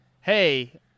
hey